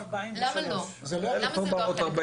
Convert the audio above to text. למה זה לא החלק החשוב?